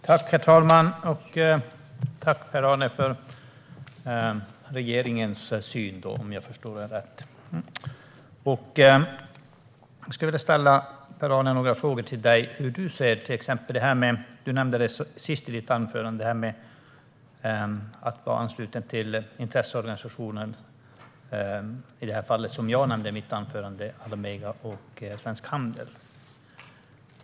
Herr talman! Jag tackar Per-Arne Håkansson för regeringens syn på detta. Jag skulle vilja ställa några frågor till dig, Per-Arne, om hur du ser på detta med att vara ansluten till i detta fall intresseorganisationerna Almega och Svensk Handel, som jag nämnde i mitt anförande. Du nämnde det sist i ditt anförande.